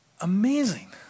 amazing